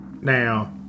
Now